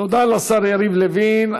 תודה לשר יריב לוין.